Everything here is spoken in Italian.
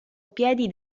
piedi